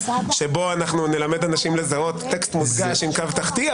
שבה נלמד אנשים לזהות טקסט מודגש עם קו תחתי,